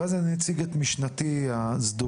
ואז אני אציג את משנתי הסדורה.